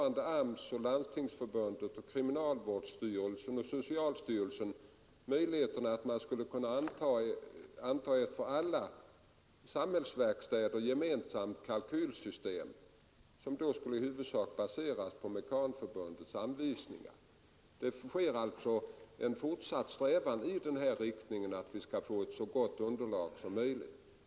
AMS, Landstingsförbundet, kriminalvårdsstyrelsen och socialstyrelsen undersöker för närvarande möjligheterna att anta ett för alla samhällsverkstäder gemensamt kalkylsystem, som då i huvudsak skulle baseras på Mekanförbundets anvisningar. Det sker alltså en fortsatt strävan för att få ett så gott underlag som möjligt.